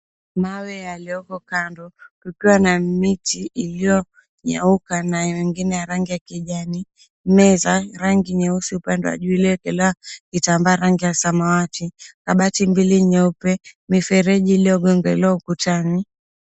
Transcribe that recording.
Mawe yaliyoko kando kukiwa miti iliyonyauka na mengine ya rangi ya kijani, meza rangi nyeusi upande wa juu iliyowekelewa vitambaa rangi ya samawati kabati mbili nyeupe nyeusi iliyoekelewa kitambaa cha samawati mbili yeupe, mifereji iliyogongwa ukutani.